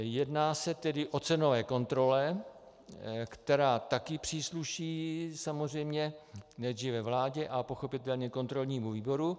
Jedná se tedy o cenovou kontrolou, která tady přísluší samozřejmě nejdříve vládě a pochopitelně kontrolnímu výboru.